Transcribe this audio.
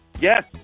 yes